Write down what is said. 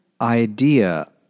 idea